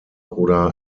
oder